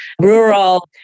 rural